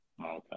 Okay